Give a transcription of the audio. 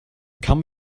kamm